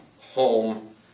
home